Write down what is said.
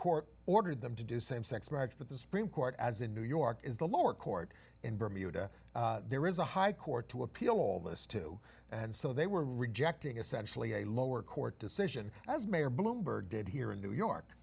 court ordered them to do same sex marriage but the supreme court as in new york is the lower court in bermuda there is a high court to appeal all this to and so they were rejecting essentially a lower court decision as mayor bloomberg did here in new york